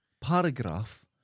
paragraph